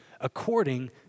according